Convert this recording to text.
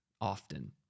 often